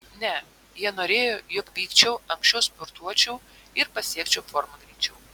ne jie norėjo jog vykčiau anksčiau sportuočiau ir pasiekčiau formą greičiau